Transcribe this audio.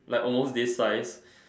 like almost this size